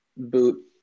Boot